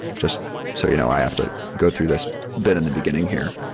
just so you know, i have to go through this bit in the beginning here.